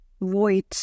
void